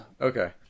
okay